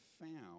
found